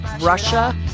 Russia